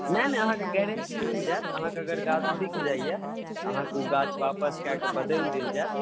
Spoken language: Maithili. नहि नहि अहाँके गारण्टी मिल जाएत अहाँके अगर गाछ सुखि जाइया तऽ अहाँके ओ गाछ वापस कय कऽ बदलि देल जायत